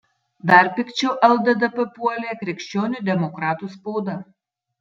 dar pikčiau lddp puolė krikščionių demokratų spauda